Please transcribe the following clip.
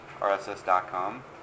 RSS.com